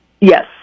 Yes